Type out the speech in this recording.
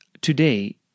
Today